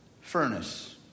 furnace